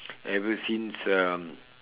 ever since um